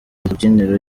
rubyiniro